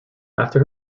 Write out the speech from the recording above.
after